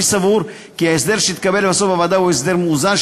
אני סבור כי ההסדר שהתקבל לבסוף בוועדה הוא הסדר מאוזן,